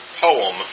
poem